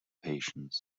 patience